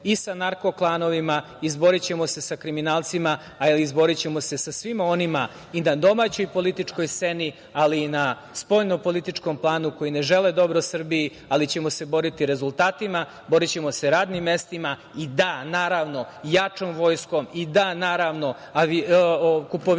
i sa narko klanovima, izborićemo se sa kriminalcima, izborićemo se sa svima onima i na domaćoj političkoj sceni, ali i na spoljnopolitičkom planu, koji ne žele dobro Srbiji, ali ćemo se boriti rezultatima, radnim mestima i da, naravno, jačom vojskom i da, naravno, kupovinom